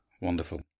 Wonderful